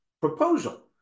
proposal